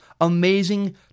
amazing